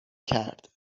کرد